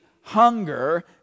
hunger